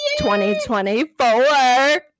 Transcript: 2024